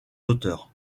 auteurs